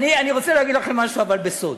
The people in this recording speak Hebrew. אני רוצה להגיד לכם משהו אבל בסוד,